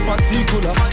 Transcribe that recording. particular